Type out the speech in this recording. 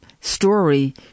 story